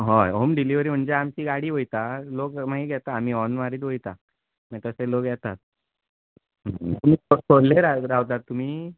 होय home delivery म्हणजे आमची गाडी वयता लोक माई घेता आमी हॉन मारीत वयता मागी तशे लोक येतात तुमी खोल्ले राव रावतात तुमी